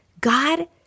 God